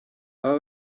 aba